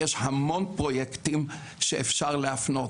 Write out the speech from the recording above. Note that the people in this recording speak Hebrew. ויש המון פרויקטים שאפשר להפנות,